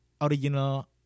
original